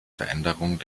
veränderung